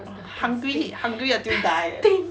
!wah! hungry hungry until die eh